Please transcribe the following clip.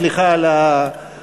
סליחה על האי-הבנה.